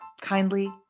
Kindly